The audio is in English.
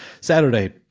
Saturday